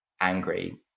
angry